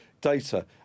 data